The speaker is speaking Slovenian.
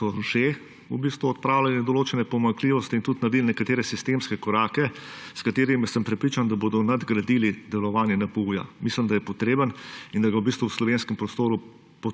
že odpravljene določene pomanjkljivosti in tudi naredili so nekatere sistemske korake, s katerimi sem prepričan, da bodo nadgradili delovanje NPU. Mislim, da je potreben in da ga v bistvu v slovenskem prostoru